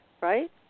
right